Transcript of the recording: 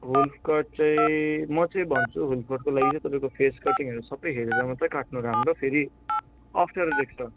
wolf cut चाहिँ म चाहिँ भन्छु वुल्फ कटको लागि चाहिँ तपाईँको फेस कटिङहरू सबै हेरेर मात्रै काट्नु राम्रो फेरि अप्ठ्यारो देख्छ